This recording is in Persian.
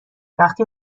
وقتی